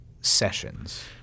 sessions